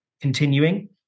continuing